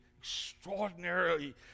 extraordinarily